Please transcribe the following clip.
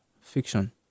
fiction